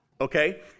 Okay